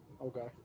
Okay